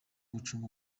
gucunga